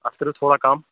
اَتھ کٔرِو تھوڑا کَم